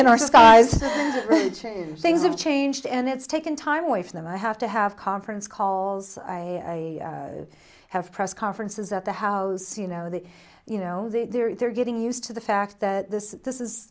in our skies change things have changed and it's taken time away from them i have to have conference calls i have press conferences at the house you know the you know they're getting used to the fact that this this is